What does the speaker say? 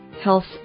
health